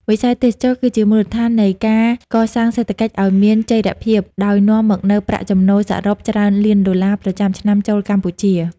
វិស័យទេសចរណ៍គឺជាមូលដ្ឋាននៃការកសាងសេដ្ឋកិច្ចឪ្យមានចីរភាព ដោយនាំមកនូវប្រាក់ចំណូលសរុបច្រើនលានដុល្លារប្រចាំឆ្នាំចូលកម្ពុជា។